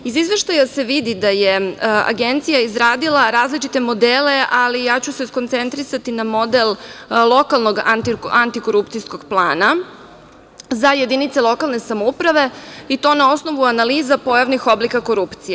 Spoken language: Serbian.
Iz izveštaja se vidi da je Agencija izradila različite modele, ali ja ću se skoncentrisati na model lokalnog antikorupcijskog plana za jedinice lokalne samouprave i to na osnovu analize pojavnih oblika korupcije.